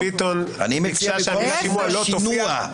חברת הכנסת דבי ביטון ביקשה שהמילה "שימוע" לא תופיע.